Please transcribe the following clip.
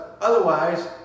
otherwise